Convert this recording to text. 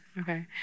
okay